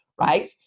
right